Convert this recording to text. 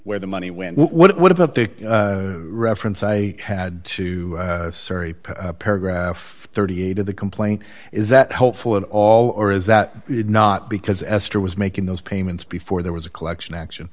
where the money went what about the reference i had to sorry paragraph thirty eight dollars of the complaint is that helpful at all or is that it not because esther was making those payments before there was a collection action